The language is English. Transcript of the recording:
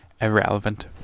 irrelevant